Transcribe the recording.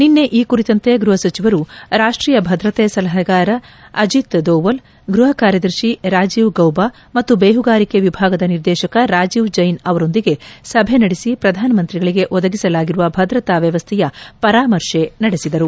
ನಿನ್ನೆ ಈ ಕುರಿತಂತೆ ಗೃಹಸಚಿವರು ರಾಷ್ಷೀಯ ಭದ್ರತಾ ಸಲಹೆಗಾರ ಅಜಿತ್ ದೋವಲ್ ಗೃಹಕಾರ್ಯದರ್ಶಿ ರಾಜೀವ್ ಗೌಬಾ ಮತ್ತು ಬೇಹುಗಾರಿಕೆ ವಿಭಾಗದೆ ನಿರ್ದೇಶಕ ರಾಜೀವ್ ಜೈನ್ ಅವರೊಂದಿಗೆ ಸಭೆ ನಡೆಸಿ ಪ್ರಧಾನಮಂತ್ರಿಗಳಿಗೆ ಒದಗಿಸಲಾಗಿರುವ ಭದ್ರತಾ ವ್ಲವಸ್ಥೆಯ ಪರಾಮರ್ಶೆ ನಡೆಸಿದರು